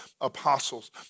apostles